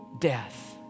death